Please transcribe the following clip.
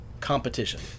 competition